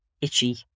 itchy